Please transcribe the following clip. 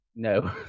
No